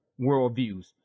worldviews